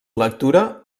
lectura